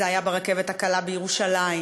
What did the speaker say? זה היה ברכבת הקלה בירושלים,